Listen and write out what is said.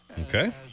Okay